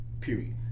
period